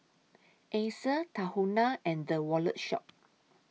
Acer Tahuna and The Wallet Shop